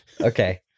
Okay